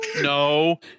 No